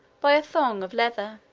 by a thong of leather,